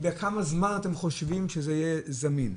בכמה זמן אתם חושבים שזה יהיה זמין.